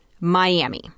Miami